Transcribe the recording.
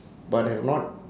but have not